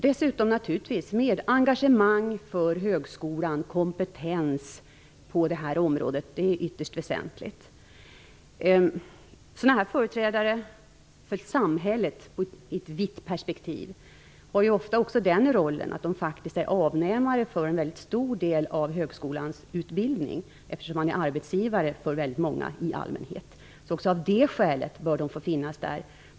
Dessutom skall de naturligtvis ha ett engagemang för högskolan och kompetens på det här området. Det är ytterst väsentligt. Sådana här företrädare för samhället i ett vitt perspektiv spelar också ofta den rollen att de faktiskt är avnämare för en mycket stor del av högskolans utbildning. De är nämligen i allmänhet arbetsgivare för många människor. Även av det skälet bör de alltså vara med.